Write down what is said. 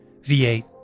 V8